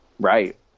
right